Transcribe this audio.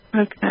okay